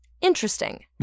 interesting